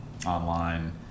online